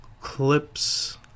Clips